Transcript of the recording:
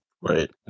right